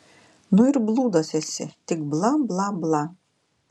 nu ir blūdas esi tik bla bla bla